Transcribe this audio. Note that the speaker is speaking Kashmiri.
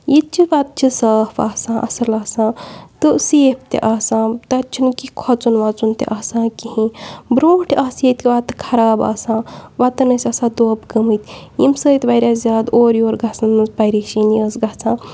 یہِ تہِ چھِ وَتہٕ چھِ صاف آسان اَصٕل آسان تہٕ سیف تہِ آسان تَتہِ چھُنہٕ کینٛہہ کھۄژُن وَژُن تہِ آسان کِہیٖنۍ برٛونٛٹھ آسہٕ ییٚتہِ وَتہٕ خَراب آسان وَتَن ٲسۍ آسان دوٚب گٔمٕتۍ ییٚمہِ سۭتۍ واریاہ زیادٕ اورٕ یور گَژھن منٛز پَریشٲنی ٲس گژھان